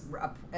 up